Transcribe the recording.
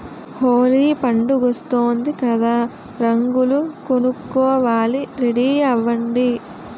హోలీ పండుగొస్తోంది కదా రంగులు కొనుక్కోవాలి రెడీ అవ్వండి